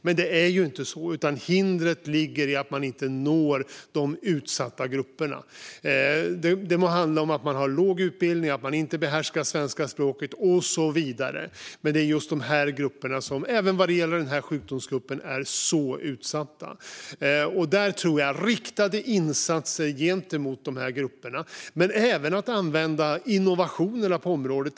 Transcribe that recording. Men det är ju inte så, utan hindret ligger i att man inte når de utsatta grupperna. Det må handla om att människor har låg utbildning, att de inte behärskar svenska språket och så vidare, men dessa grupper är mycket utsatta även vad gäller just denna sjukdom. Jag tror att det behövs riktade insatser gentemot dessa grupper, men man behöver även använda innovationerna på området.